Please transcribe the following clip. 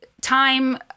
time